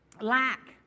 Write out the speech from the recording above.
Lack